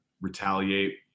retaliate